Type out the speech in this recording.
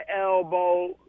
elbow